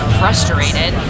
frustrated